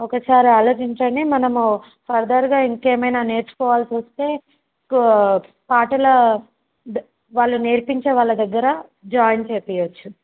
ఒకసారి ఆలోచించండి మనము ఫర్దర్గా ఇంకేమైనా నేర్చుకోవాల్సి వస్తే పాటలు వాళ్ళు నేర్పించే వాళ్ళ దగ్గర జాయిన్ చేయించవచ్చు